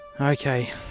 Okay